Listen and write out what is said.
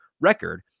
record